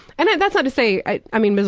and that's not to say i i mean,